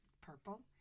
purple